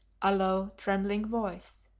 a low, trembling voice